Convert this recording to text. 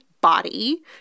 body